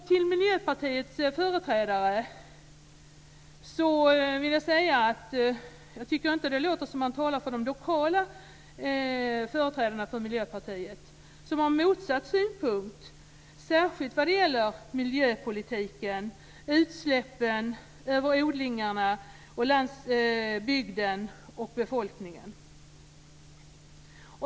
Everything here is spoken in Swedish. Till Miljöpartiets företrädare vill jag säga att jag tycker inte det låter som att man talar för de lokala företrädarna för Miljöpartiet som har motsatt synpunkt, särskilt vad gäller miljöpolitiken, utsläppen, odlingarna, landsbygden och befolkningen.